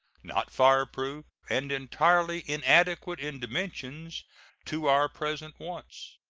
not fireproof, and entirely inadequate in dimensions to our present wants.